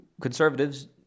conservatives